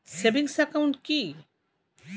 Savings account কি?